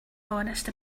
honest